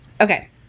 Okay